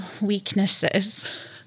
weaknesses